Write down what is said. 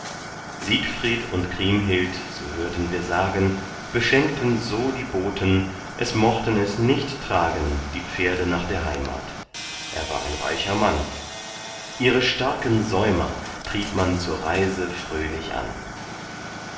siegfried und kriemhild so hörten wir sagen beschenkten so die boten es mochten es nicht tragen die pferde nach der heimat er war ein reicher mann ihre starken säumer trieb man zur reise fröhlich an